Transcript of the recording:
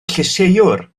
llysieuwr